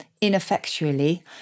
ineffectually